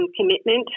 commitment